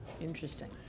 Interesting